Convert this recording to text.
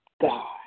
God